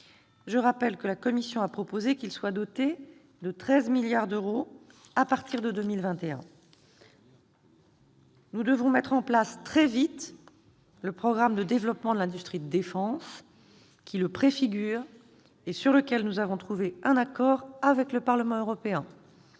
Je rappelle que la Commission a proposé qu'il soit doté de 13 milliards d'euros à partir de 2021. Nous devons mettre en place très vite le programme de développement de l'industrie de défense, qui le préfigure et sur lequel nous avons trouvé un accord avec le Parlement européen,